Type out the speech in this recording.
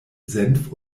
senf